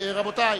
רבותי,